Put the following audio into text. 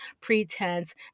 pretense